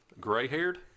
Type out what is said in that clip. gray-haired